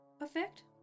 Effect